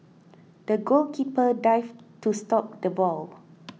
the goalkeeper dived to stop the ball